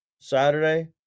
Saturday